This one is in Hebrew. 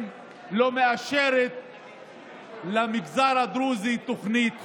לא מאשרת למגזר הדרוזי תוכנית חומש.